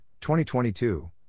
2022